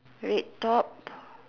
red top